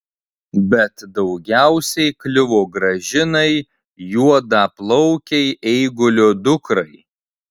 bet daugiausiai kliuvo gražinai juodaplaukei eigulio dukrai